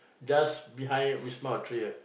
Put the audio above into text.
just behind Wisma-Atria